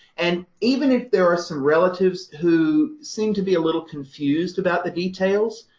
and even if there are some relatives who seem to be a little confused about the details,